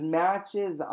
matches